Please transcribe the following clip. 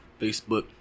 Facebook